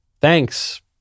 Thanks